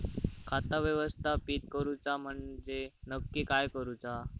खाता व्यवस्थापित करूचा म्हणजे नक्की काय करूचा?